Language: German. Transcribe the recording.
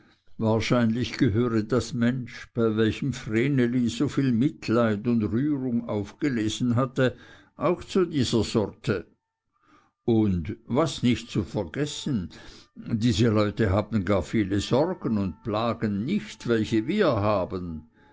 wahrscheinlich gehöre das mensch bei welchem vreneli so viel mitleid und rührung aufgelesen hatte auch zu dieser sorte und was nicht zu vergessen diese leute haben gar viele sorgen und plagen nicht welche wir haben